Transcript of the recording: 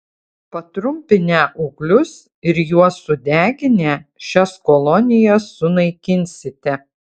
patrumpinę ūglius ir juos sudeginę šias kolonijas sunaikinsite